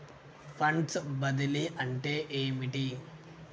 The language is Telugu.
ఫండ్స్ బదిలీ అంటే ఏమిటి?